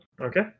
Okay